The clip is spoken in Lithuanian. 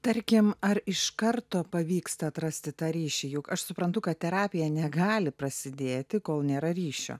tarkim ar iš karto pavyksta atrasti tą ryšį juk aš suprantu kad terapija negali prasidėti kol nėra ryšio